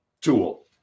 tool